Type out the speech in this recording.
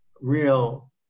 real